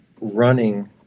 running